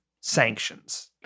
sanctions